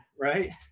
right